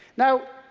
now,